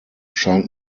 scheint